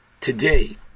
today